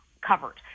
covered